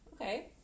Okay